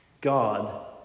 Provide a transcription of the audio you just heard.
God